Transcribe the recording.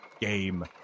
game